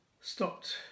stopped